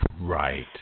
Right